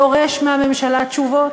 דורש מהממשלה תשובות,